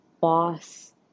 boss